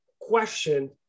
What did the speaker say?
question